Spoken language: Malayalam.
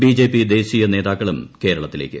ബിജെപി ദേശീയ നേതാക്കളും ക്രേളത്തിലേക്ക്